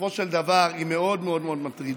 בסופו של דבר, היא מאוד מאוד מאוד מטרידה.